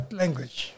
language